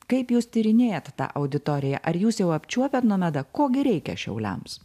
kaip jūs tyrinėjat tą auditoriją ar jūs jau apčiuopiat nomeda ko gi reikia šiauliams